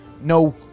no